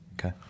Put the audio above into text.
Okay